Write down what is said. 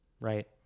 right